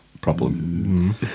problem